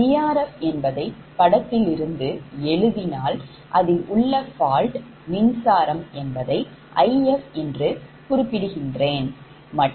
Vrf என்பதை படத்திலிருந்து எழுதினால் அதில் உள்ள fault மின்சாரம் என்பதை If என்று குறிப்பிடுகின்றோம் மற்றும் இது Zf